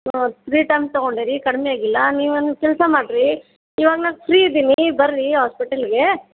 ಓ three times ತೊಗೊಂಡಿರಿ ಕಡ್ಮೆ ಆಗಿಲ್ಲ ನೀವೊಂದು ಕೆಲಸ ಮಾಡಿರಿ ಇವಾಗ ನಾನು ಫ್ರೀ ಇದ್ದೀನಿ ಬನ್ರಿ ಆಸ್ಪೆಟಲ್ಲಿಗೆ